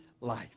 life